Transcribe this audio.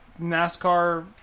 NASCAR